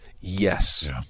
yes